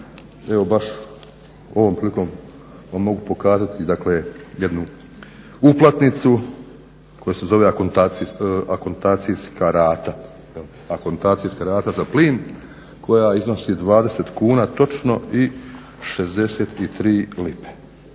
evo baš ovom prilikom vam mogu pokazati, dakle jednu uplatnicu koja se zove akontacijska rata, akontacijska rata za plin koja iznosi 20 kuna točno i 63 lipe.